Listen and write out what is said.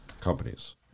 companies